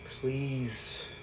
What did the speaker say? please